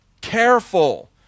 Careful